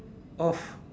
off